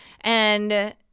and-